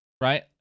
Right